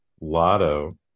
lotto